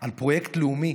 על פרויקט לאומי